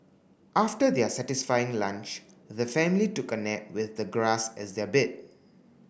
after their satisfying lunch the family took a nap with the grass as their bed